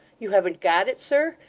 you haven't got it, sir?